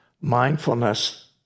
Mindfulness